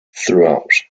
throughout